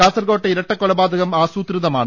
കാസർകോട്ടെ ഇരട്ടക്കൊലപാതകം ആസൂത്രിതമാണ്